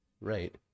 Right